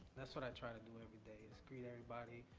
that's what i try to do everybody is greet everybody,